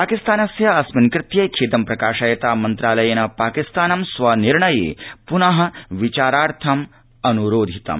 पाकिस्तानस्य अस्मिन् कृत्ये खेद प्रकाशयता मन्त्रालयेन पाकिस्तान स्व निर्णये पुन विचारार्थमनुरोधितम्